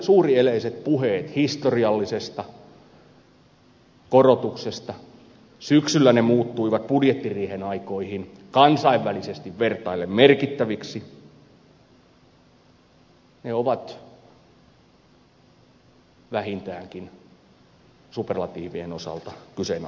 suurieleiset puheet tästä historiallisesta korotuksesta jotka syksyllä muuttuivat budjettiriihen aikoihin kansainvälisesti vertaillen merkittäviksi ovat vähintäänkin superlatiivien osalta kyseenalaistettavissa